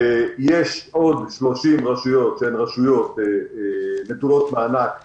יש עוד 30 רשויות נטולות מענק כמוני,